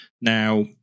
Now